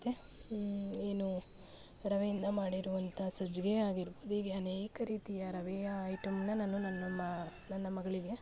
ಮತ್ತೆ ಏನು ರವೆಯಿಂದ ಮಾಡಿರುವಂಥ ಸಜ್ಜಿಗೆ ಆಗಿರ್ಬೋದು ಹೀಗೆ ಅನೇಕ ರೀತಿಯ ರವೆಯ ಐಟಮ್ನ ನಾನು ನನ್ನ ಮ ನನ್ನ ಮಗಳಿಗೆ